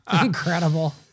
Incredible